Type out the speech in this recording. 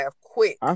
quick